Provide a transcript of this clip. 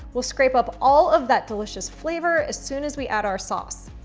we'll scrape up all of that delicious flavor as soon as we add our sauce.